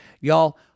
y'all-